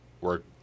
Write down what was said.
work